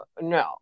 no